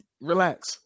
relax